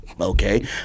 Okay